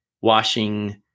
washing